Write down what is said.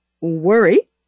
worry